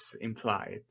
implied